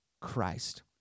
Christ